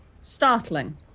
startling